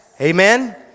amen